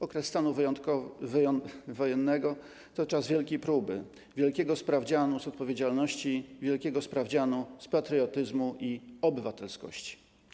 Okres stanu wojennego to czas wielkiej próby, wielkiego sprawdzianu z odpowiedzialności, wielkiego sprawdzianu z patriotyzmu i obywatelskości.